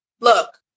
look